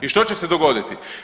I što će se dogoditi?